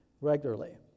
regularly